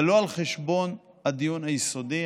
אבל לא על חשבון הדיון היסודי,